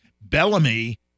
Bellamy